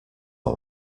all